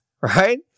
right